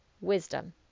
wisdom